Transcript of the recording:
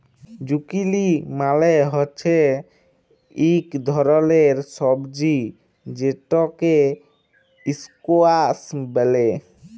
zucchini মালে হচ্যে ইক ধরলের সবজি যেটকে ইসকোয়াস ব্যলে